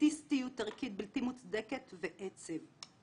אליטיסטיות ערכית בלתי מוצדקת ועצב.